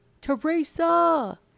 Teresa